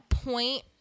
point